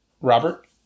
Robert